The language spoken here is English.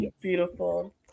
Beautiful